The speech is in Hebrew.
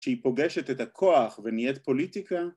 שהיא פוגשת את הכוח ונהיית פוליטיקה